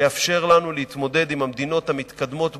שיאפשר לנו להתמודד עם המדינות המתקדמות בעולם,